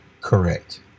correct